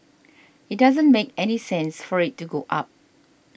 it doesn't make any sense for it to go up